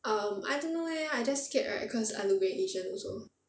um I don't know leh I just scared right cause I look very asian also